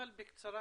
אבל בקצרה,